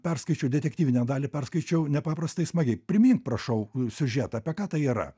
perskaičiau detektyvinę dalį perskaičiau nepaprastai smagiai primink prašau siužetą apie ką tai yra